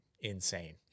insane